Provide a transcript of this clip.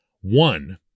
One